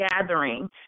gathering